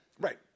Right